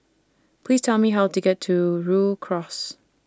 Please Tell Me How to get to Rhu Cross